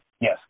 Yes